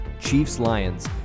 Chiefs-Lions